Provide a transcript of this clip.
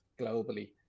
globally